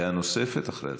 נוספת אחרי ההצבעה.